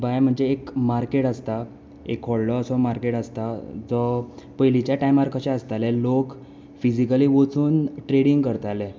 बाय म्हणजे एक मार्केट आसता एक व्हडलो असो मार्केट आसता जो पयलींच्या टायमार कशें आसतालें लोक फिजीकली वचून ट्रेडींग करताले